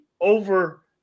over